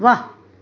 वाह